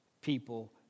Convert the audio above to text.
people